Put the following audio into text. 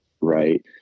right